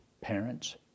parents